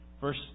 verse